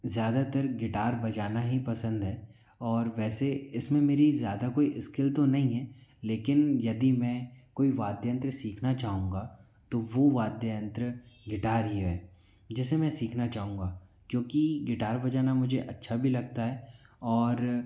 ज़्यादातर गिटार बजाना ही पसंद है और वैसे इसमें मेरी ज़्यादा कोई इस्किल तो नहीं है लेकिन यदि मैं कोई वाद्य यंत्र सीखना चाहूँगा तो वो वाद्य यंत्र गिटार ही है जिसे मैं सीखना चाहूँगा क्योंकि गिटार बजाना मुझे अच्छा भी लगता है और